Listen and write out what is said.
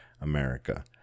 America